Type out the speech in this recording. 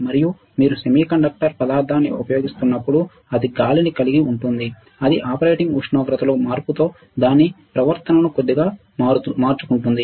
మరియు మీరు సెమీకండక్టర్ పదార్థాన్ని ఉపయోగిస్తున్నప్పుడు అది గాలిని కలిగి ఉంటుంది అది ఆపరేటింగ్ ఉష్ణోగ్రతలో మార్పుతో దాని ప్రవర్తనన కొద్దిగా మారుతుంది